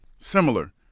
similar